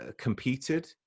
competed